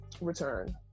return